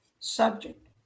subject